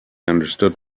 understood